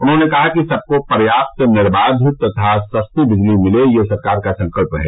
उन्होंने कहा कि सबको पर्याप्त निर्बाघ तथा सस्ती बिजली मिले यह सरकार का संकल्प है